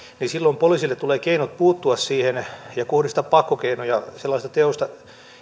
niin silloin poliisille tulee keinot puuttua siihen ja kohdistaa pakkokeinoja sellaisesta teosta